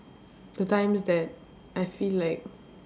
the times that I feel like